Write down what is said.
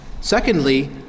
Secondly